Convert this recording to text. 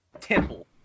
Temple